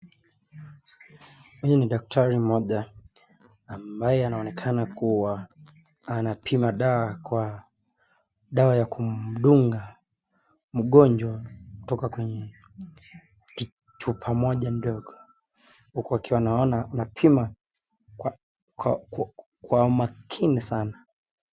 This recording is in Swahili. Huyu ni daktari mmoja ambaye anaonekana kuwa anapima dawa ya kumdunga mgonjwa kutoka kwenye chupa moja ndogo uku akiwa anaona anapima kwa makini sana.